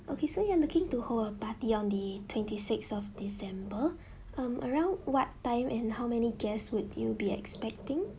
okay so you are looking to hold a party on the twenty sixth of december um around what time and how many guests would you be expecting